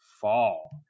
fall